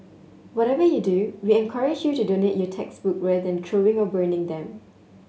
whatever you do we encourage you to donate your textbook rather than throwing or burning them